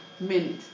minute